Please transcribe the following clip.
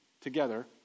together